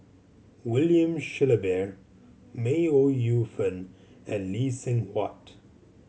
William Shellabear May Ooi Yu Fen and Lee Seng Huat